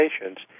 patients